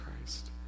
Christ